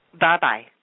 Bye-bye